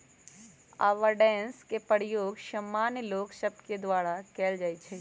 avoidance के प्रयोग सामान्य लोग सभके द्वारा कयल जाइ छइ